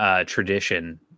tradition